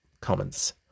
comments